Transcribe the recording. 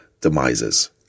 demises